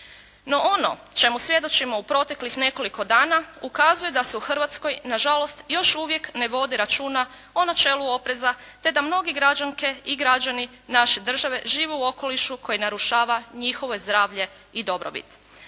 No, ono čemu svjedočimo u proteklih nekoliko dana ukazuje da se u Hrvatskoj, nažalost, još uvijek ne vodi računa o načelu opreza, te da mnoge građanke i građani naše države žive u okolišu koji narušava njihovo zdravlje i dobrobit.